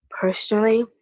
personally